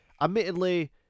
Admittedly